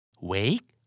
Wake